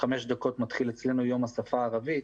חמש דקות מתחיל אצלנו יום השפה הערבית,